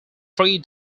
three